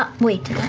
wait.